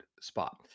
spot